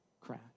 crash